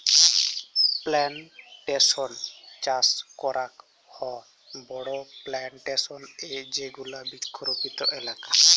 plantation চাস করাক হ বড়ো প্লানটেশন এ যেগুলা বৃক্ষরোপিত এলাকা